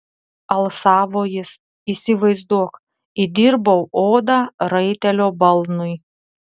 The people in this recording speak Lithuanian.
alsavo jis įsivaizduok įdirbau odą raitelio balnui